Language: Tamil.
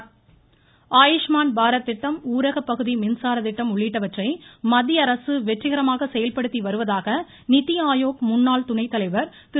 அரவிந்த் பனகாரியா ஆயுஷ்மான் பாரத் திட்டம் ஊரக பகுதி மின்சார திட்டம் உள்ளிட்டவற்றை மத்தியஅரசு வெற்றிகரமாக செயல்படுத்தி வருவதாக நிதி ஆயோக் முன்னாள் துணை தலைவர் திரு